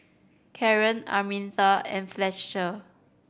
Karen Arminta and Fletcher